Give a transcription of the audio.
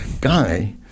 guy